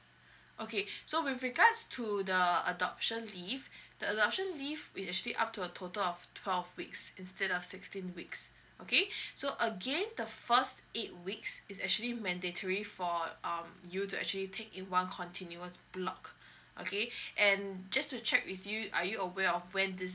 okay so with regards to the adoption leave the adoption leave it actually up to a total of twelve weeks instead of sixteen weeks okay so again the first eight weeks is actually mandatory for um you to actually take in one continuous block okay and just to check with you are you aware of when this